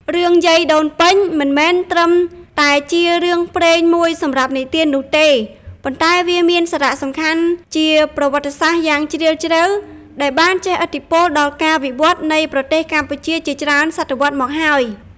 រឿង យាយដូនពេញ មិនមែនត្រឹមតែជារឿងព្រេងមួយសម្រាប់និទាននោះទេ ប៉ុន្តែវាមានសារៈសំខាន់ជាប្រវត្តិសាស្ត្រយ៉ាងជ្រាលជ្រៅ ដែលបានជះឥទ្ធិពលដល់ការវិវត្តន៍នៃប្រទេសកម្ពុជាជាច្រើនសតវត្សរ៍មកហើយ។